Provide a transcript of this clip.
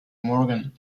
morgan